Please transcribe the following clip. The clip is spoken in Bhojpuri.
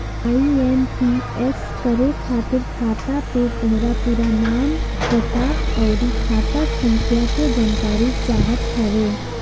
आई.एम.पी.एस करे खातिर खाता पे तोहार पूरा नाम, पता, अउरी खाता संख्या के जानकारी चाहत हवे